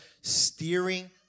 steering